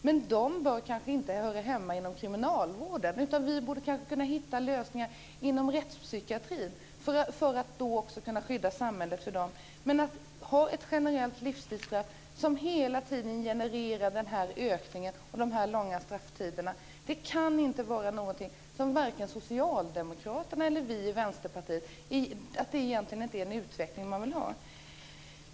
Men den gruppen bör kanske inte höra hemma inom kriminalvården, utan vi borde kanske kunna hitta lösningar inom rättspsykiatrin för att också kunna skydda samhället från denna grupp. Men att ha ett generellt livstidsstraff som hela tiden genererar denna ökning och dessa långa strafftider kan inte vara en utveckling som vare sig socialdemokraterna eller vi i Vänsterpartiet vill ha.